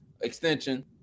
extension